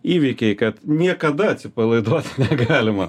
įvykiai kad niekada atsipalaiduot negalima